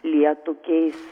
lietų keis